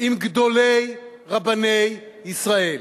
עם גדולי רבני ישראל,